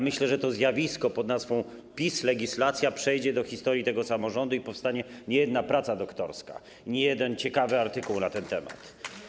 Myślę, że to zjawisko pod nazwą PiS-legislacja przejdzie do historii tego samorządu i powstanie niejedna praca doktorska, niejeden ciekawy artykuł na ten temat.